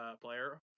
player